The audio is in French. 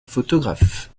photographe